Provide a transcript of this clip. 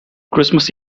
christmas